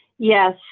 yes